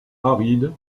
arides